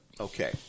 Okay